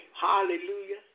Hallelujah